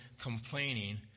complaining